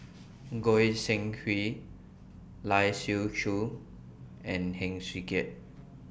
Goi Seng Hui Lai Siu Chiu and Heng Swee Keat